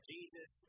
Jesus